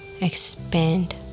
expand